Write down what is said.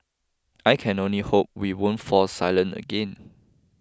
I can only hope we won't fall silent again